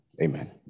Amen